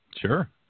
Sure